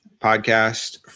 podcast